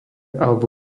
alebo